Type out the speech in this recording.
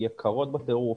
הן יקרות בטירוף